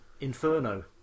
inferno